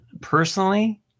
personally